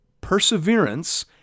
Perseverance